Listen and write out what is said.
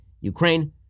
Ukraine